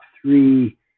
three